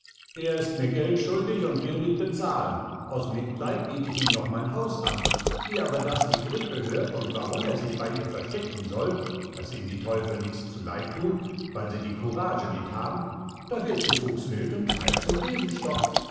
er ist mir geld schuldig und will nit bezahlen aus mitleid biet ich ihm noch mein haus an wie aber das die gretl hört und warum er sich bei ihr verstecken soll daß ihm die teufel nix zu leid thun weil sie die courage nit haben da wird sie fuchswild und greift zum